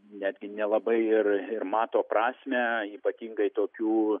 netgi nelabai ir ir mato prasmę ypatingai tokių